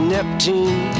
Neptune